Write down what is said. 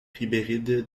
ribéride